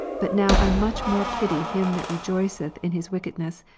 but now i much more pity him that rejoiceth in his wickedness,